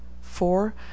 four